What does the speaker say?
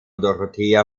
dorothea